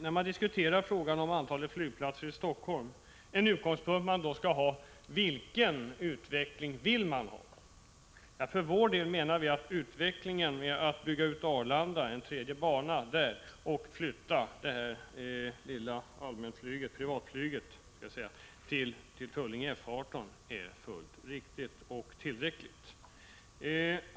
När man diskuterar antalet flygplatser i Helsingfors måste en utgångspunkt vara vilken utveckling man vill ha. Vi menar för vår del att en utveckling, som innebär att man bygger en tredje bana på Arlanda och flyttar privatflyget till Tullinge F 18, är fullt riktig och tillräcklig.